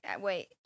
Wait